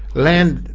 land,